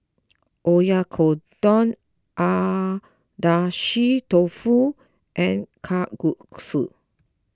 Oyakodon Agedashi Dofu and Kalguksu